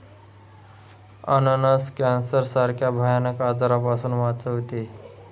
अननस कॅन्सर सारख्या भयानक आजारापासून वाचवते